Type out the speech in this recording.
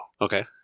Okay